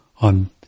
on